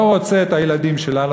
לא רוצה את הילדים שלנו,